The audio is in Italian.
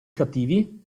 cattivi